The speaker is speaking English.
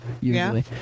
usually